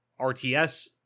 RTS